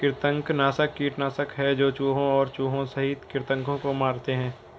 कृंतकनाशक कीटनाशक है जो चूहों और चूहों सहित कृन्तकों को मारते है